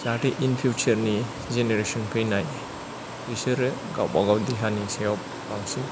जाहाथे इन फिउसारनि जेनेरेसन फैनाय बिसोरो गावबागाव देहानि सायाव बांसिन